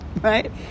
right